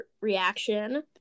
reaction